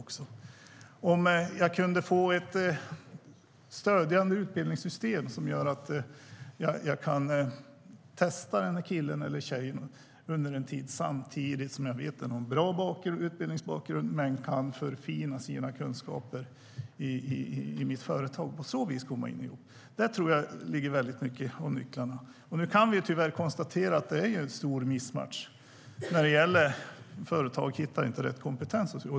Jag skulle vilja ha ett stödjande utbildningssystem som gör att jag kan testa killen eller tjejen under en tid, samtidigt som jag vet att han eller hon har en bra utbildningsbakgrund men kan förfina sina kunskaper i mitt företag och på så vis kan komma in i jobb. Jag tror att flera av nycklarna ligger där. Och nu kan vi tyvärr konstatera att det är en stor missmatchning när det gäller att företag inte hittar rätt kompetens.